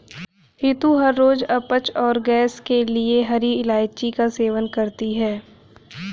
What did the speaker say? रितु हर रोज अपच और गैस के लिए हरी इलायची का सेवन करती है